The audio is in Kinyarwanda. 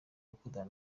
gukundana